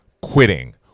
quitting